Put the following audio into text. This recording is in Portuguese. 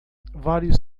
vários